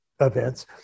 events